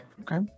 Okay